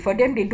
mm